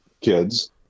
kids